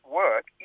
work